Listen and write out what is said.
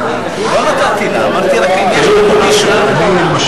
אני מעדיף חינוך.